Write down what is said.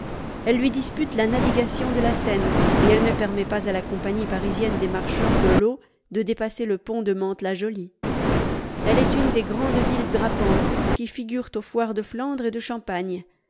elle lui dispute la navigation de la seine et elle ne permet pas à la compagnie parisienne des marchands de l'eau de dépasser le pont de mantes la jolie elle est une des grandes villes drapantes qui figurent aux foires de flandre et de champagne